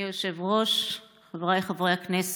אדוני היושב-ראש, חבריי חברי הכנסת,